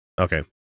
okay